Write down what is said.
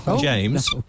James